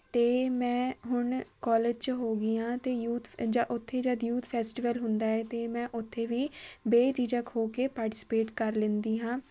ਅਤੇ ਮੈਂ ਹੁਣ ਕੋਲੇਜ 'ਚ ਹੋ ਗਈ ਹਾਂ ਅਤੇ ਯੂਥ ਜਾਂ ਉੱਥੇ ਜਦ ਯੂਥ ਫੈਸਟੀਵਲ ਹੁੰਦਾ ਹੈ ਅਤੇ ਮੈਂ ਉੱਥੇ ਵੀ ਬੇਝਿਜਕ ਹੋ ਕੇ ਪਾਰਟੀਸਪੇਟ ਕਰ ਲੈਂਦੀ ਹਾਂ